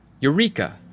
Eureka